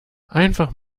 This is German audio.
einfach